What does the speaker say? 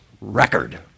record